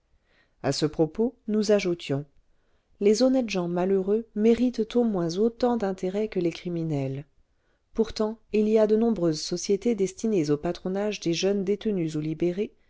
à ce propos nous ajoutions les honnêtes gens malheureux méritent au moins autant d'intérêt que les criminels pourtant il y a de nombreuses sociétés destinées au patronage des jeunes détenus ou libérés